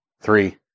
three